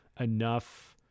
enough